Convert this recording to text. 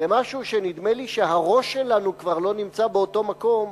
למשהו שנדמה לי שהראש שלנו כבר לא נמצא באותו מקום,